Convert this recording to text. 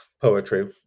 poetry